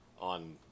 on